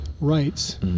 rights